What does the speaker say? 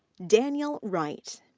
daniel wright.